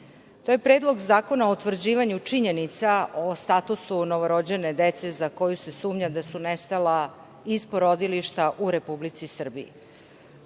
To je Predlog zakona o utvrđivanju činjenica o statusu novorođene dece za koju se sumnja da su nestala iz porodilišta u Republici Srbiji. Ovaj